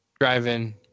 driving